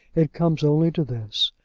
it comes only to this,